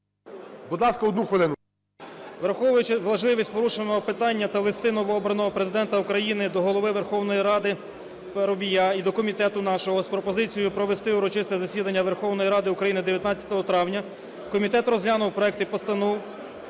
враховуючи важливість порушеного питання та листи новообраного Президента України до Голови Верховної Ради Парубія і до комітету нашого з пропозицією провести урочисте засідання Верховної Ради України 19 травня, комітет розглянув проекти постанов і,